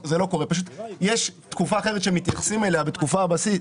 יש תקופה אחרת שמתייחסים אליה בתקופת הבסיס.